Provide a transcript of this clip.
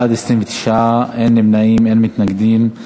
29 בעד, אין נמנעים, אין מתנגדים.